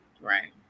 right